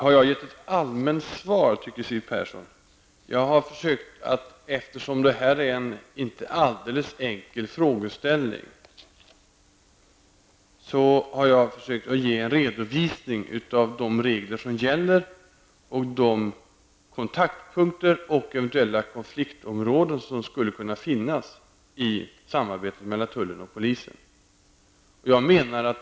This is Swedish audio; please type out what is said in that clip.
Fru talman! Siw Persson tycker att jag har gett ett allmänt svar. Eftersom det här inte är en alldeles enkel frågeställning har jag försökt att göra en redovisning av de regler som gäller och de kontaktpunkter och eventuella konfliktområden som skulle kunna finnas i samarbetet mellan tullen och polisen.